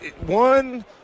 One